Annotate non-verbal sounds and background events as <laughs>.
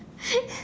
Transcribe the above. <laughs>